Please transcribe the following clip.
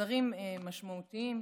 שרים משמעותיים,